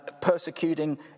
persecuting